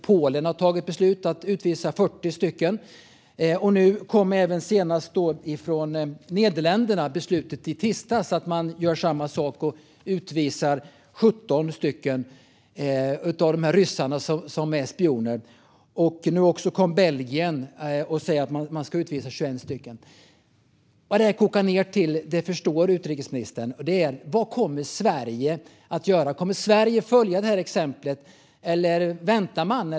Polen har tagit beslut om att utvisa 40 personer. Nu kom även senast från Nederländerna beslutet i tisdags att man gör samma sak och utvisar 17 av ryssarna som är spioner. Nu kommer Belgien och säger att man ska utvisa 21 personer. Vad det kokar ned till förstår utrikesministern. Vad kommer Sverige att göra? Kommer Sverige att följa det här exemplet, eller väntar man?